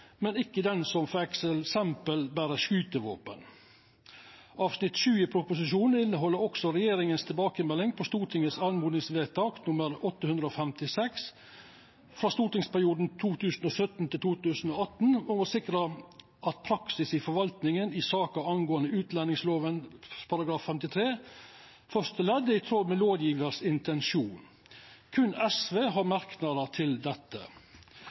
men ikkje dei som f.eks. ber skytevåpen. Avsnitt 7 i proposisjonen inneheld også regjeringas tilbakemelding på Stortingets oppmodingsvedtak nr. 856 frå stortingsperioden 2017–2018 om å «sikre at praksis i forvaltningen i saker angående utlendingsloven § 53 første ledd er i tråd med lovgivers intensjon». Berre SV har merknader til dette.